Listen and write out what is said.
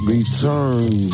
Return